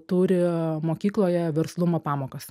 turi mokykloje verslumo pamokas